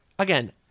Again